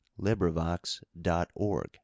LibriVox.org